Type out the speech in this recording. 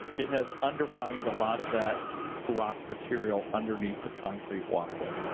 it has undermined a lot of that rock material underneath the concrete walkway.